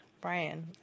Brian